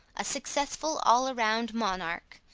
a successful all-around monarch,